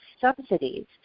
subsidies